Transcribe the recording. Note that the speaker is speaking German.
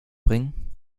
bringen